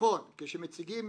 כשמציגים